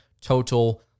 total